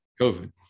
COVID